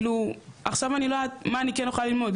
וכאילו עכשיו אני לא יודעת מה אני כן יכולה ללמוד,